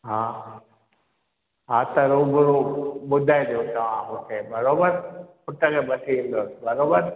हा हा त रूबरू ॿुधाइजो तव्हां हुते बरोबरु पुट खे बि वठी ईंदुसि बरोबरु